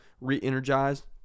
re-energized